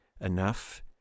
enough